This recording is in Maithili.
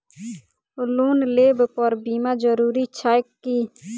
लोन लेबऽ पर बीमा जरूरी छैक की?